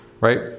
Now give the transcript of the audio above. Right